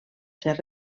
ser